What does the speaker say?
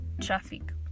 traffic